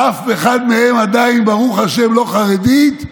ואף אחת מהן עדיין, ברוך השם, לא חרדית,